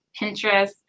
Pinterest